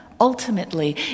ultimately